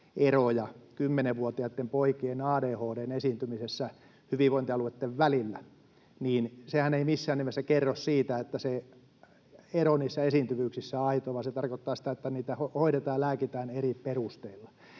eroja 10-vuotiaitten poikien ADHD:n esiintymisessä hyvinvointialueitten välillä, niin sehän ei missään nimessä kerro siitä, että se ero niissä esiintyvyyksissä on aitoa, vaan se tarkoittaa sitä, että niitä hoidetaan ja lääkitään eri perusteilla.